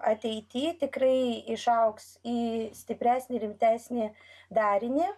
ateity tikrai išaugs į stipresnį rimtesnį darinį